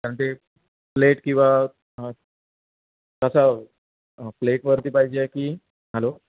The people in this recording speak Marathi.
कारण ते प्लेट किंवा कसा प्लेटवरती पाहिजे की हॅलो